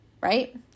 Right